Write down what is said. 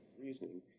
reasoning